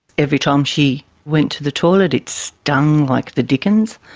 every time she went to the toilet it stung like the dickens.